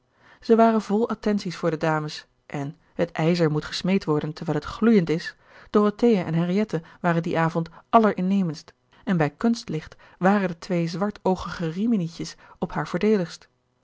zij waren vol attenties voor de dames en het ijzer moet gesmeed worden terwijl het gloeiend is dorothea en henriette waren dien avond allerinnemendst en bij kunstlicht waren de twee zwartoogige riminietjes op haar